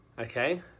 okay